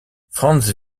franz